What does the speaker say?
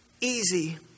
easy